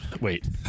Wait